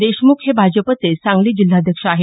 देशमुख हे भाजपचे सांगली जिल्हाध्यक्ष आहेत